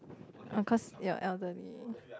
of course you are elderly